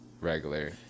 regular